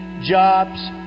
Jobs